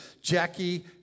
Jackie